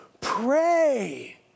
Pray